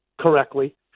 correctly